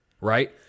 right